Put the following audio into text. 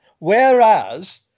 Whereas